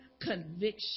conviction